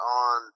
on